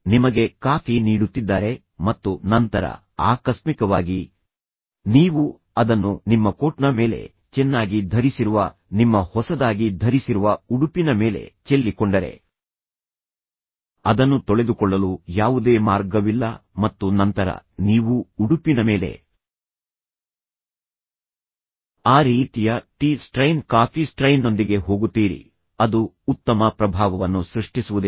ನಿಮಗೆ ಕಾಫಿ ನೀಡುತ್ತಿದ್ದಾರೆ ಮತ್ತು ನಂತರ ಆಕಸ್ಮಿಕವಾಗಿ ನೀವು ಅದನ್ನು ನಿಮ್ಮ ಕೋಟ್ನ ಮೇಲೆ ಚೆನ್ನಾಗಿ ಧರಿಸಿರುವ ನಿಮ್ಮ ಹೊಸದಾಗಿ ಧರಿಸಿರುವ ಉಡುಪಿನ ಮೇಲೆ ಚೆಲ್ಲಿ ಕೊಂಡರೆ ಅದನ್ನು ತೊಳೆದುಕೊಳ್ಳಲು ಯಾವುದೇ ಮಾರ್ಗವಿಲ್ಲ ಮತ್ತು ನಂತರ ನೀವು ಉಡುಪಿನ ಮೇಲೆ ಆ ರೀತಿಯ ಟೀ ಸ್ಟ್ರೈನ್ ಕಾಫಿ ಸ್ಟ್ರೈನ್ನೊಂದಿಗೆ ಹೋಗುತ್ತೀರಿ ಅದು ಉತ್ತಮ ಪ್ರಭಾವವನ್ನು ಸೃಷ್ಟಿಸುವುದಿಲ್ಲ